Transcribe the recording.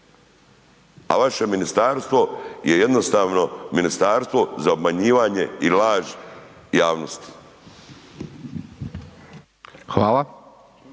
A vaše ministarstvo je jednostavno ministarstvo za obmanjivanje i laž javnosti. **Hajdaš